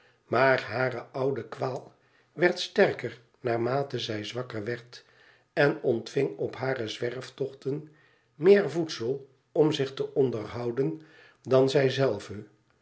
maar hare oude kwaal werd sterker naarmate zij zwakker werd en ontving op hare zwerftochten meer voedsel om zich te onderhouden dan zij zelve